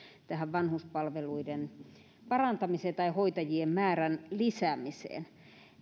tähän vanhuspalveluiden parantamiseen tai hoitajien määrän lisäämiseen